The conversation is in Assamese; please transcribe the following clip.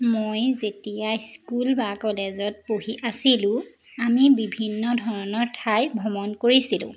মই যেতিয়া স্কুল বা কলেজত পঢ়ি আছিলোঁ আমি বিভিন্ন ধৰণৰ ঠাই ভ্ৰমণ কৰিছিলোঁ